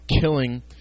killing